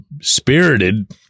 spirited